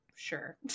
Sure